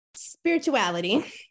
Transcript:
spirituality